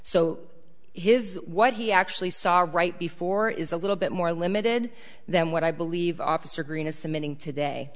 so his what he actually saw right before is a little bit more limited than what i believe officer green is submitting today